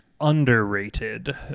underrated